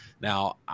Now